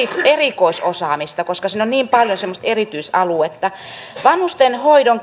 erikoisosaamista koska siinä on niin paljon semmoista erityisaluetta vanhustenhoidon